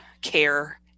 care